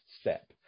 step